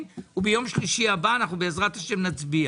וביום שלישי הבא אנחנו בעזרת ה' נצביע.